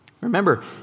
remember